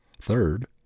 Third